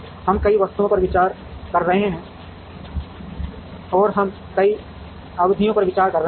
हम कई वस्तुओं पर विचार कर रहे हैं और हम कई अवधियों पर विचार कर रहे हैं